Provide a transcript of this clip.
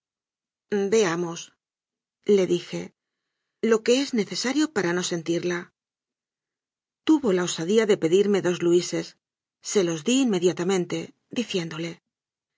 la incomodidad veamosle dijelo que es necesario para no sentirla tuvo la osadía de pedirme dos luises se los di inmediatamente dieiéndole